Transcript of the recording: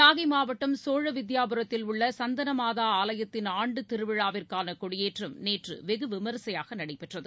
நாகைமாவட்டம் சோழவித்யாபுரத்தில் உள்ளசந்தனமாதஆலயத்தின் ஆண்டுத் திருவிழாவிற்கானகொடியேற்றம் நேற்றுவெகுவிமர்சையாகநடைபெற்றது